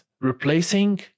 replacing